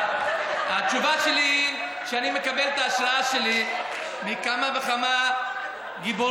התשובה שלי היא שאני מקבל את ההשראה שלי מכמה וכמה גיבורים.